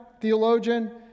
theologian